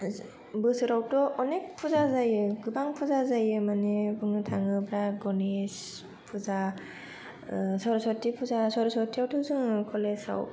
बोसोरावथ' अनेक फुजा जायो गोबां फुजा जायो माने बुंनो थाङोबा गनेश फुजा ओ सरस्वती फुजा सरस्वतीआवथ' जोङो कलेजाव